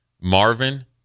Marvin